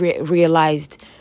realized